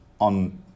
on